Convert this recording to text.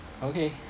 okay